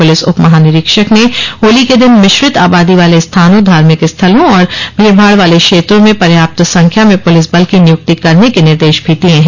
police उपमहानिरीक्षक ने होली के दिन मिश्रित आबादी वाले स्थानों धार्मिक स्थलों और भीड़भाड़ वाले क्षेत्रों में पर्याप्त संख्या में पुलिस बल की नियुक्ति करने के निर्देश भी दिए हैं